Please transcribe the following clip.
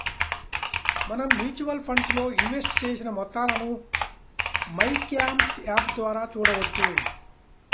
మనం mutual funds లో invest చేసిన మొత్తాలను మైక్యామ్స్ యాప్ ద్వారా చూడవచ్చు